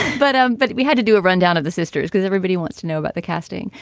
but, um. but we had to do a rundown of the sisters because everybody wants to know about the casting.